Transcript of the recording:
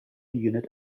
unit